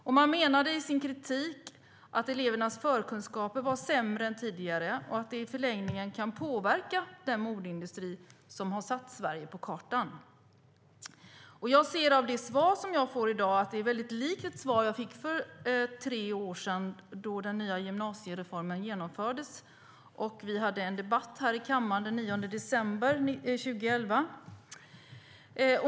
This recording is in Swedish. Rektorerna menade att elevernas förkunskaper var sämre än tidigare, och att det i förlängningen kan påverka den modeindustri som har satt Sverige på kartan." Jag ser att det svar jag får i dag är väldigt likt ett svar jag fick för tre år sedan, då den nya gymnasiereformen genomfördes. Vi hade en debatt här i kammaren den 9 december 2011.